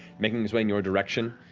making his way in your direction.